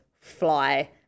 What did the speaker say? fly